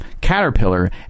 caterpillar